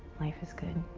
life is good.